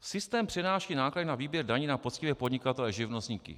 Systém přenáší náklady na výběr daní na poctivé podnikatele živnostníky.